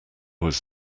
was